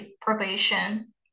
probation